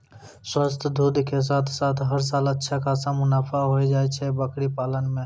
स्वस्थ दूध के साथॅ साथॅ हर साल अच्छा खासा मुनाफा होय जाय छै बकरी पालन मॅ